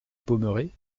pommerais